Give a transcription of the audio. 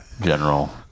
General